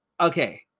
okay